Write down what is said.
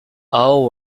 all